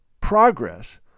progress